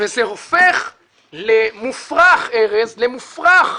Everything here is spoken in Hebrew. וזה הופך למופרך, ארז, למופרך,